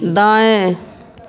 दाएं